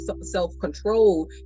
self-control